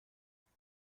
فطره